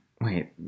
Wait